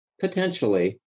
potentially